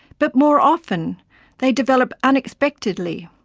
but more often they develop unexpectedly,